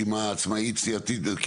רשימה עצמאית סיעתית.